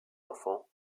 enfants